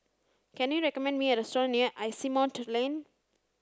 can you recommend me a restaurant near Asimont Lane